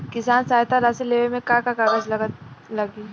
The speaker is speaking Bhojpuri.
किसान सहायता राशि लेवे में का का कागजात लागी?